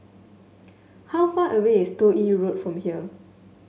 how far away is Toh Yi Road from here